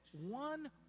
One